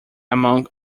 among